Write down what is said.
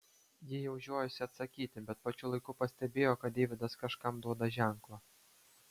ji jau žiojosi atsakyti bet pačiu laiku pastebėjo kad deividas kažkam duoda ženklą